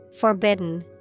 Forbidden